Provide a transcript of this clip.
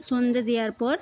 সন্ধ্যে দেওয়ার পর